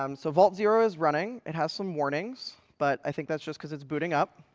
um so vault zero is running. it has some warnings, but i think that's just because it's booting up.